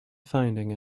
finding